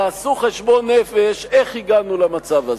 תעשו חשבון נפש איך הגענו למצב הזה.